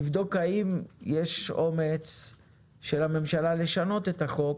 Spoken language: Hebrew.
לבדוק האם יש אומץ של הממשלה לשנות את החוק